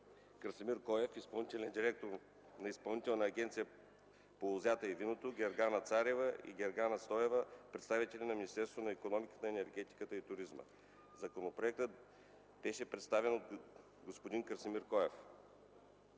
Красимир Коев – изпълнителен директор на Изпълнителна агенция по лозата и виното, Гергана Царева и Гергана Стоева – представители на Министерството на икономиката, енергетиката и туризма. Законопроектът беше представен от господин Красимир Коев.